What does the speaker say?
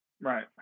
Right